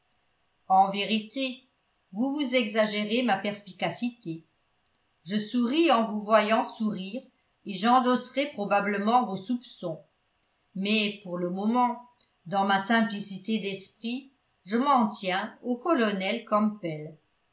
en vérité vous vous exagérez ma perspicacité je souris en vous voyant sourire et j'endosserai probablement vos soupçons mais pour le moment dans ma simplicité d'esprit je m'en tiens au colonel campbell